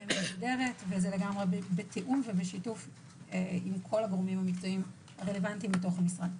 וזה בתיאום בשיתוף כל הגורמים המקצועיים הרלוונטיים כל בתוך המשרד.